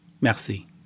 Merci